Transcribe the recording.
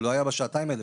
הוא לא היה בשעתיים האלה,